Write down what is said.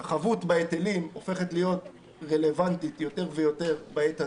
חבות בהיטלים הופכת להיות רלוונטית יותר ויותר בעת הזו.